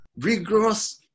rigorous